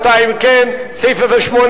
אם כן, רבותי, ההסתייגויות לא התקבלו.